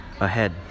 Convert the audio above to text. Ahead